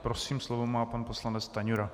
Prosím, slovo má pan poslanec Stanjura.